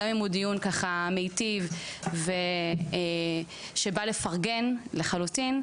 גם אם הוא דיון ככה מיטיב שבא לפרגן לחלוטין,